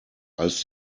als